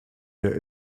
der